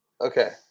Okay